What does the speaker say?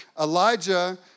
Elijah